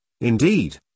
Indeed